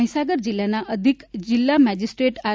મહિસાગર જીલ્લાના અધિક જીલ્લા મેજીસ્ટ્રેટ આર